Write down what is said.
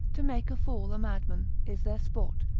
to make a fool a madman, is their sport,